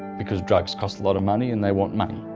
because drugs cost a lot of money and they want money.